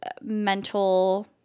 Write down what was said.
mental